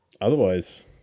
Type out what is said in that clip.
otherwise